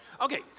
Okay